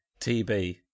TB